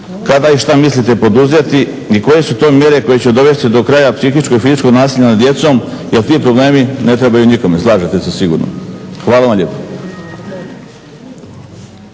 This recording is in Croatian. kada i šta mislite poduzeti i koje su to mjere koje će dovesti do kraja psihičkog i fizičkog nasilja nad djecom jer ti problemi ne trebaju nikome. Slažete se sigurno. Hvala vam lijepo.